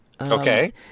Okay